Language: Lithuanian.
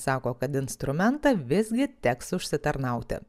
sako kad instrumentą visgi teks užsitarnauti